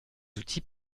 outils